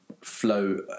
flow